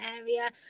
area